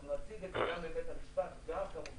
אנחנו נציג את זה גם לבית המשפט וכמובן,